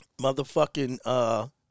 motherfucking